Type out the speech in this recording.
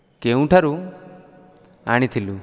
କେଉଁଠାରୁ ଆଣିଥିଲୁ